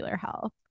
health